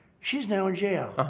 she's now in jail.